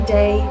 day